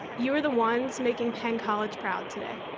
you are the ones making penn college proud today.